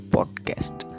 Podcast